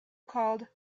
called